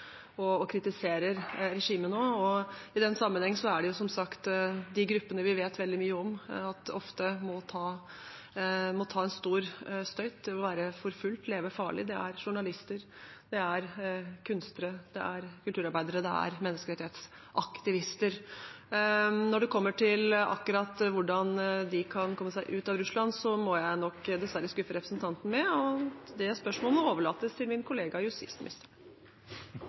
og kritiserer regimet nå. I den sammenheng er det som sagt de gruppene vi vet veldig mye om, som ofte må ta den store støyten ved å være forfulgt og leve farlig. Det er journalister, det er kunstnere, det er kulturarbeidere, og det er menneskerettighetsaktivister. Når det gjelder akkurat hvordan de kan komme seg ut av Russland, må jeg dessverre skuffe representanten med at det spørsmålet må overlates til min kollega justisministeren.